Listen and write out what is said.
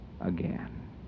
again